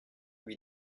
lui